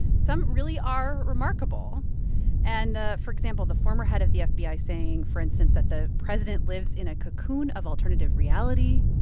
some really are remarkable and ah for example, the former head of the fbi saying, for instance, that the president lives in a cocoon of alternative reality,